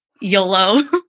YOLO